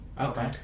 Okay